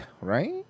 Right